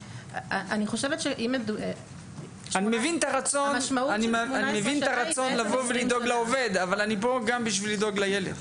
אני מבין את הרצון לדאוג לעובד אבל אני כאן גם בשביל לדאוג לילד.